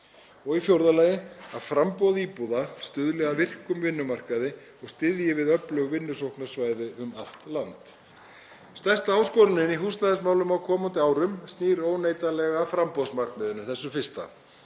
húsnæðiskostnaði. 4. Framboð íbúða stuðli að virkum vinnumarkaði og styðji við öflug vinnusóknarsvæði um allt land. Stærsta áskorunin í húsnæðismálum á komandi árum snýr óneitanlega að framboðsmarkmiðinu, þessu fyrsta;